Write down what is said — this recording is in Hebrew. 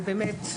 זה באמת,